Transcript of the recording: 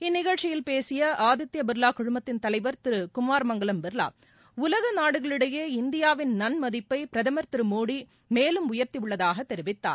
இந்நிகழ்ச்சியில் பேசிய ஆதித்யா பிர்லா குழுமத்தின் தலைவர் திரு குமார் மங்கலம் பிர்லா உலக நாடுகளிடையே இந்தியாவின் நன்மதிப்பை பிரதமர் திரு நரேந்திர மோடி மேலும் உயர்த்தியுள்ளதாக தெரிவித்தார்